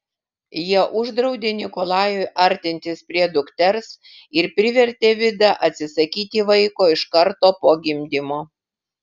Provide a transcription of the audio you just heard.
jie uždraudė nikolajui artintis prie dukters ir privertė vidą atsisakyti vaiko iš karto po gimdymo